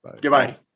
Goodbye